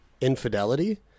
infidelity